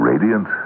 radiant